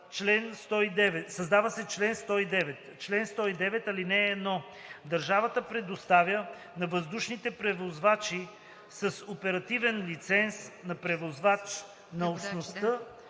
Създава се чл. 109: „Чл. 109. (1) Държавата предоставя на въздушните превозвачи с оперативен лиценз на превозвач на Общността